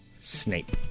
Snape